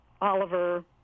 Oliver